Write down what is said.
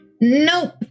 Nope